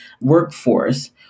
workforce